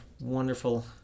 wonderful